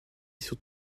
sous